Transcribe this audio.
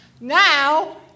Now